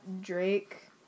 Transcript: Drake